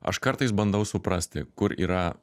aš kartais bandau suprasti kur yra